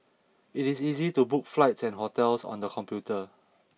it is easy to book flights and hotels on the computer